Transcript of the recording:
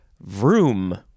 vroom